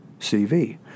CV